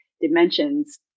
dimensions